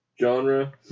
genre